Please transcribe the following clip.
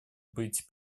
быть